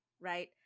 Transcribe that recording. right